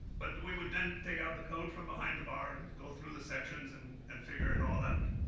but we would then take out the code from behind the bar and go through the sections and and figure it all out.